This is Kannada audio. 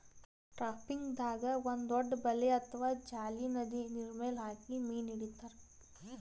ಟ್ರಾಪಿಂಗ್ದಾಗ್ ಒಂದ್ ದೊಡ್ಡ್ ಬಲೆ ಅಥವಾ ಜಾಲಿ ನದಿ ನೀರ್ಮೆಲ್ ಹಾಕಿ ಮೀನ್ ಹಿಡಿತಾರ್